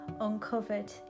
uncovered